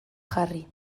jarri